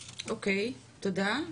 תודה.